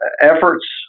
efforts